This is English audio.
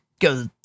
go